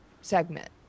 segment